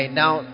now